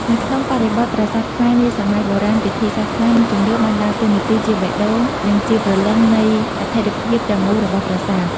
នៅក្នុងបរិបទប្រាសាទខ្មែរនាសម័យបុរាណ ពិធីសាសនា និងជំនឿបានដើរតួនាទីជាបេះដូង និងជាព្រលឹងនៃអត្ថិភាពទាំងមូលរបស់ប្រាសាទ។